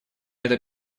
это